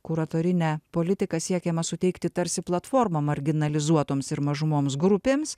kuratorine politika siekiama suteikti tarsi platformą marginalizuotoms ir mažumoms grupėms